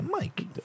Mike